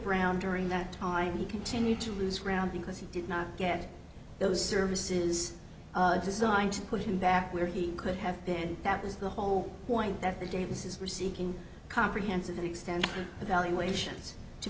ground during that time he continued to lose ground because he did not get those services designed to put him back where he could have been that was the whole point that the davis were seeking comprehensive extent